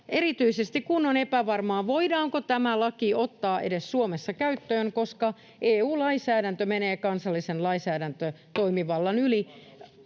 erityisesti, kun on epävarmaa, voidaanko tämä laki ottaa edes Suomessa käyttöön, koska EU-lainsäädäntö menee kansallisen lainsäädäntötoimivallan yli,